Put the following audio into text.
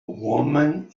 woman